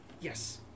Yes